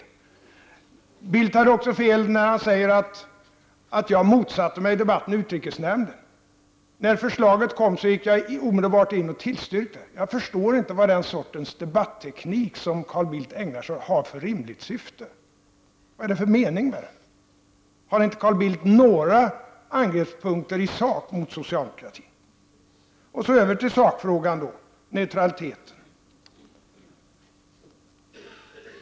Carl Bildt har också fel när han säger att jag motsatte mig en debatt i utrikesnämnden. När förslaget kom gick jag omedelbart in och tillstyrkte en debatt. Jag förstår inte vilket rimligt syfte den debatteknik har som Carl Bildt ägnar sig åt. Har inte Carl Bildt några angreppspunkter i sak mot socialdemokratin? Så över till sakfrågan, dvs. neutraliteten.